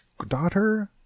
Daughter